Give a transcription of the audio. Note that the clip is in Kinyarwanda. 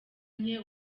nke